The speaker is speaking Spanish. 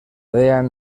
dean